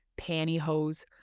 pantyhose